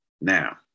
now